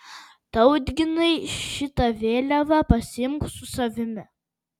tautginai šitą vėliavą pasiimk su savimi